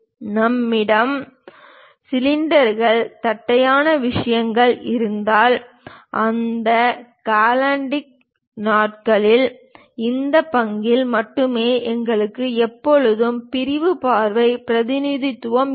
நம்மிடம் ஃபெஸ்டம்ஸ் சிலிண்டர்கள் தட்டையான விஷயங்கள் இருந்தால் அந்த காலாண்டில் நான்கில் ஒரு பங்கில் மட்டுமே எங்களுக்கு எப்போதும் பிரிவு பார்வை பிரதிநிதித்துவம் இருக்கும்